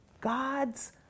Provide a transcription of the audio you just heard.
God's